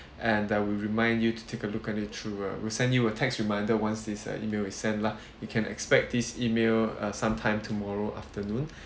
and uh we'll remind you to take a look at it through ah we'll send you a text reminder once this uh email is sent lah you can expect this email uh sometime tomorrow afternoon